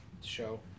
show